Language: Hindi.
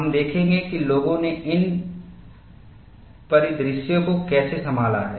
हम देखेंगे कि लोगों ने इन परिदृश्यों को कैसे संभाला है